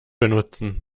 benutzen